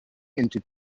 into